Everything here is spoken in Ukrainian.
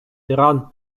тиран